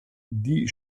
die